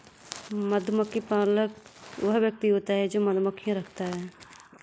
मधुमक्खी पालक वह व्यक्ति होता है जो मधुमक्खियां रखता है